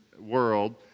world